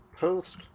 Post